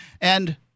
And-